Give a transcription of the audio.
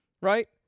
Right